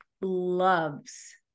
loves